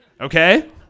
Okay